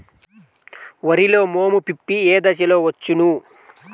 వరిలో మోము పిప్పి ఏ దశలో వచ్చును?